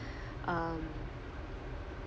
um